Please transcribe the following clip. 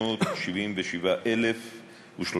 ו-577,036